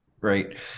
Great